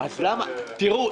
תראו,